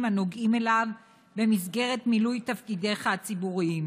הנוגעים אליו במסגרת מילוי תפקידיך הציבוריים,